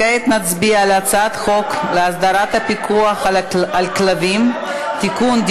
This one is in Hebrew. כעת נצביע על הצעת חוק להסדרת הפיקוח על כלבים (תיקון,